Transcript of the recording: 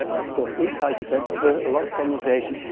ah of course, inside your tent, but with a lot of condensation.